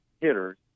hitters